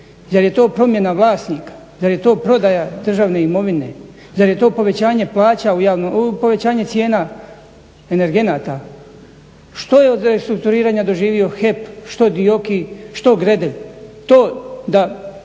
zar je to promjena vlasnika, zar je to prodaja državne imovine, zar je to povećanje cijena energenata. Što je od restrukturiranja doživio HEP, što Dioki, što Gredelj,